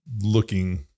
looking